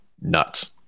nuts